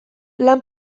lan